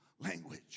language